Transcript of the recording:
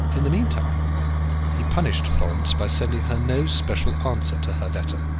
in the meantime he punished florence by sending her no special answer to her letter.